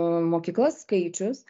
mokyklas skaičius